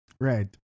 right